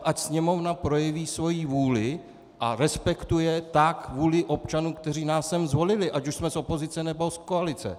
Ať Sněmovna projeví svoji vůli a respektuje tak vůli občanů, kteří nás sem zvolili, ať už jsme z opozice, nebo z koalice.